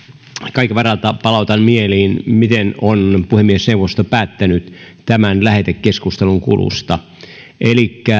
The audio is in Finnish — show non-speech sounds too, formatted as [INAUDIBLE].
kaiken varalta palautan mieliin mitä on puhemiesneuvosto päättänyt tämän lähetekeskustelun kulusta elikkä [UNINTELLIGIBLE]